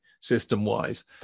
system-wise